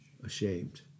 Ashamed